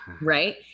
right